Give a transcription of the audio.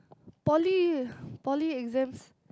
poly poly exams